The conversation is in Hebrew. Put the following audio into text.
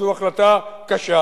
זו החלטה קשה,